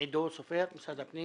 יפתח נציג משרד הפנים,